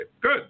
Good